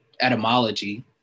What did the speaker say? etymology